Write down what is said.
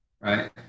Right